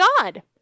God